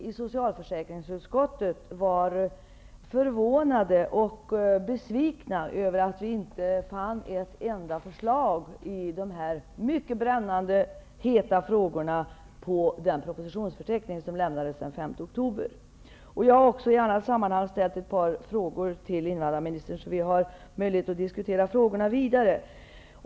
Fru talman! Det var bra att riksdagen fick denna samlade redovisning rörande flyktingpolitiken. Vi i socialförsäkringsutskottet var förvånade och besvikna över att vi inte fann ett enda förslag i dessa mycket brännande och heta frågorna i den propositionsförteckning som överlämnades till riksdagen den 5 oktober. Jag har även i annat sammanhang ställt ett par frågor till invandrarministern, och vi har därför möjlighet att diskutera frågorna vidare.